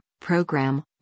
program